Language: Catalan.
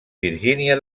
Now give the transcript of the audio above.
virgínia